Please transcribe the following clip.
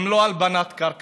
אם זו לא הלבנת קרקע?